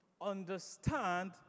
understand